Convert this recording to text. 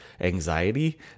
anxiety